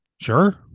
Sure